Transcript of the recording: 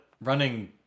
running